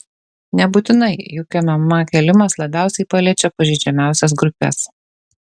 nebūtinai juk mma kėlimas labiausiai paliečia pažeidžiamiausias grupes